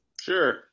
Sure